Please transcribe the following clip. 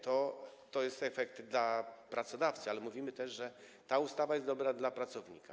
To jest efekt dla pracodawcy, ale mówimy też, że ta ustawa jest dobra dla pracownika.